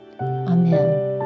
Amen